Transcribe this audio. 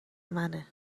منه